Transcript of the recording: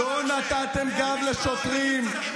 לא נתתם גב לשוטרים.